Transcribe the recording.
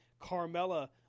Carmella